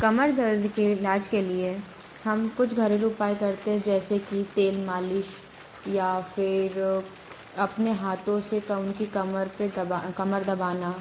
कमर दर्द के इलाज के लिए हम कुछ घरेलू उपाय करते हैं जैसे कि तेल मालिश या फिर अपने हाथों से कम की कमर पर कमर दबाना